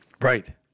Right